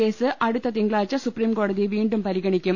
case അടുത്ത തിങ്കളാഴ്ച്ച supreme കോടതി വീണ്ടും പരിഗണി ക്കും